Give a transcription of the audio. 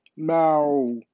Now